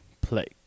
play